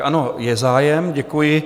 Ano, je zájem, děkuji.